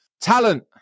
talent